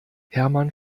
hermann